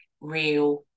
real